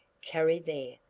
carry there,